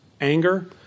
anger